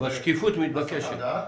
אבל שקיפות מתבקשת.